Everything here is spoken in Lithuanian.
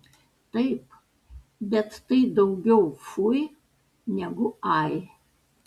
taip bet tai daugiau fui negu ai